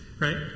right